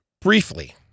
briefly